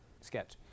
sketch